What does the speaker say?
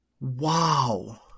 Wow